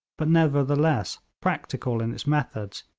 but nevertheless practical in its methods,